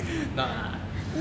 no lah